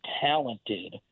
talented